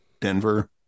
Denver